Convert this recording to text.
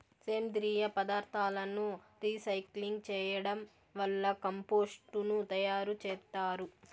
సేంద్రీయ పదార్థాలను రీసైక్లింగ్ చేయడం వల్ల కంపోస్టు ను తయారు చేత్తారు